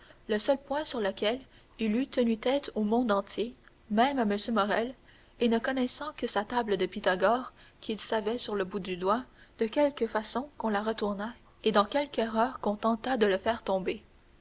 le seul point sur lequel il eût tenu tête au monde entier même à m morrel et ne connaissant que sa table de pythagore qu'il savait sur le bout du doigt de quelque façon qu'on la retournât et dans quelque erreur qu'on tentât de le faire tomber